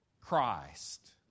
Christ